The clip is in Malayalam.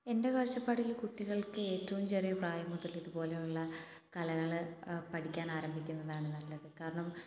എൻ്റെ കാഴ്ചപ്പാടിൽ കുട്ടികൾക്ക് ഏറ്റവും ചെറിയ പ്രായം മുതൽ ഇതുപോലെയുള്ള കലകൾ പഠിക്കാൻ ആരംഭിക്കുന്നതാണ് നല്ലത് കാരണം